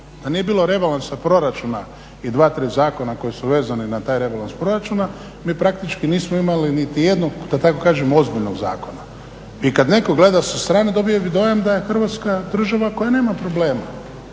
Da nije bilo rebalansa proračuna i dva, tri zakona koji su vezani na taj rebalans proračuna mi praktički nismo imali nitijednog da tako kažem ozbiljnog zakona. I kad netko gleda sa strane dobio bi dojam da je Hrvatska država koja nema problema,